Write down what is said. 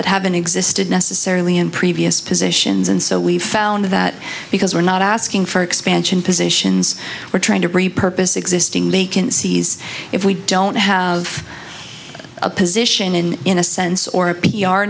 that haven't existed necessarily in previous positions and so we found that because we're not asking for expansion positions we're trying to repurpose existing they can seize if we don't have a position in in a sense or a p